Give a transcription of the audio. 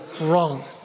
wrong